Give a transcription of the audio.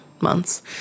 months